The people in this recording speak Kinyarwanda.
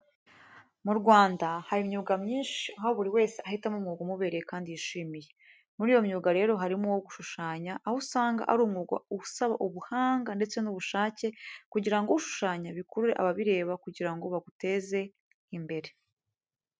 Mu Rwanda haba imyuga myinshi aho buri wese ahitamo umwuga umubereye kandi yishimiye. Muri iyo myuga rero harimo n'uwo gushushanya aho usanga ari umwuga usaba ubuhanga ndetse n'ubushake kugirango ibyo ushushanya bikurure ababireba kugirango baguteze imbere.